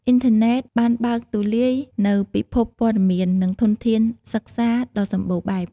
អ៊ីនធឺណិត បានបើកទូលាយនូវពិភពព័ត៌មាន និងធនធានសិក្សាដ៏សម្បូរបែប។